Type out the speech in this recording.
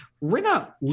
Rina